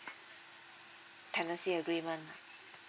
tenancy agreement nah